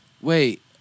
Wait